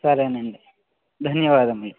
సరే నండి ధన్యవాదములు